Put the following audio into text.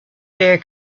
very